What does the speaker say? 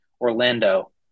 Orlando